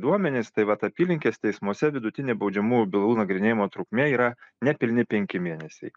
duomenys tai vat apylinkės teismuose vidutinė baudžiamųjų bylų nagrinėjimo trukmė yra nepilni penki mėnesiai